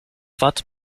watt